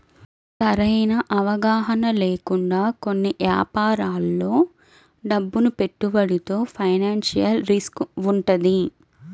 సరైన అవగాహన లేకుండా కొన్ని యాపారాల్లో డబ్బును పెట్టుబడితో ఫైనాన్షియల్ రిస్క్ వుంటది